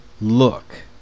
look